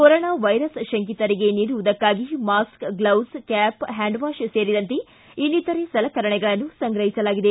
corona virus ಶಂಕಿತರಿಗೆ ನೀಡುವುದಕ್ಕಾಗಿ mask gloves cap handwash ಸೇರಿದಂತೆ ಇನ್ನಿತರ ಸಲಕರಣೆಗಳನ್ನು ಸಂಗ್ರಹಿಸಲಾಗಿದೆ